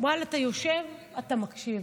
ואללה, אתה יושב, אתה מקשיב.